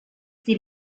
die